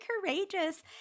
courageous